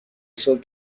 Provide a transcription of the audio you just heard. صبح